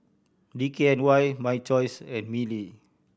D K N Y My Choice and Mili